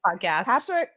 Patrick